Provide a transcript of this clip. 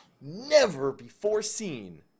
never-before-seen